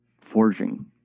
forging